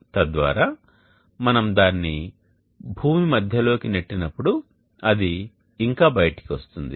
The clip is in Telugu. తద్వారా మనం దానిని భూమి మధ్యలోకి నెట్టినప్పుడు ఇది ఇంకా బయటకు వస్తుంది